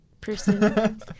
person